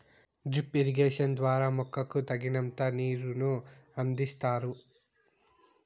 drip irrigation ద్వారా మొక్కకు తగినంత నీరును అందిస్తారు